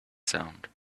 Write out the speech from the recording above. sound